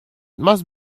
must